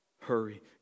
Hurry